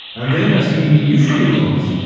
and then as he usually does.